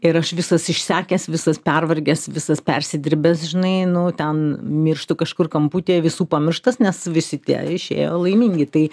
ir aš visas išsekęs visas pervargęs visas persidirbęs žinai nu ten mirštu kažkur kamputyje visų pamirštas nes visi tie išėjo laimingi tai